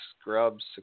scrubs